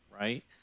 right